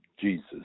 Jesus